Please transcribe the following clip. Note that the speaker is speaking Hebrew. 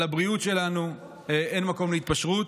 על הבריאות שלנו אין מקום להתפשרות.